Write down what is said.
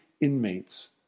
inmates